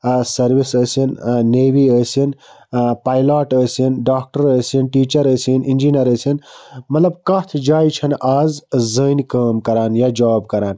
ٲں سٔروِس ٲسِن ٲں نیوی ٲسِن ٲں پایلاٹ ٲسِن ڈاکٹر ٲسِن ٹیٖچر ٲسِن اِنجیٖنر ٲسِن مطلب کتھ جایہِ چھَنہٕ آز زٔنۍ کٲم کَران یا جوٛاب کَران